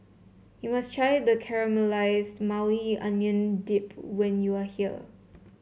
you must try the Caramelize Maui Onion Dip when you are here